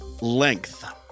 Length